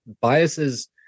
biases